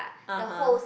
(uh huh)